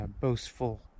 boastful